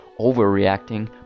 overreacting